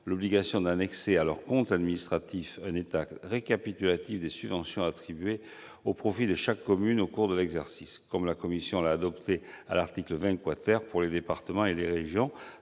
l'obligation d'annexer à leur compte administratif un état récapitulatif des subventions attribuées au profit de chaque commune au cours de l'exercice. Comme la commission l'a adopté, à l'article 20 de la proposition de loi, pour les départements et les régions,